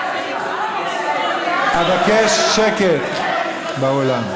אבקש שקט באולם.